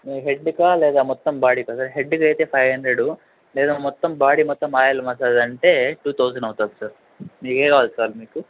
head కా లేదా మొత్తం బాడీకా సార్ హెడ్కి అయితే ఫైవ్ హండ్రెడు లేదా మొత్తం బాడీ మొత్తం ఆయిల్ మసాజ్ అంటే టూ థౌజండ్ అవుతుంది సార్ మీకేది కావాలి సార్ మీకు